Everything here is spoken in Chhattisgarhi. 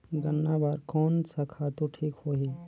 गन्ना बार कोन सा खातु ठीक होही?